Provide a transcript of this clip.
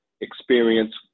experience